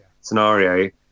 scenario